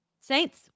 Saints